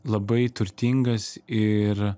labai turtingas ir